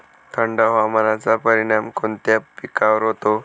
थंड हवामानाचा परिणाम कोणत्या पिकावर होतो?